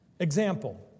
Example